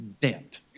debt